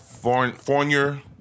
Fournier